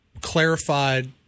clarified